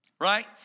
Right